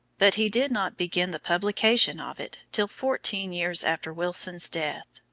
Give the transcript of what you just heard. but he did not begin the publication of it till fourteen years after wilson's death.